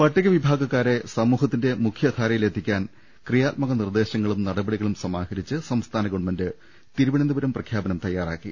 പട്ടിക വിഭാഗക്കാരെ സമൂഹത്തിന്റെ മുഖ്യധാരയിലെത്തിക്കാൻ ക്രിയാത്മക നിർദ്ദേശങ്ങളും നടപടികളും സമാഹരിച്ച് സംസ്ഥാന ഗവൺമെന്റ് തിരുവനന്തപുരം പ്രഖ്യാപനം തയാറാക്കി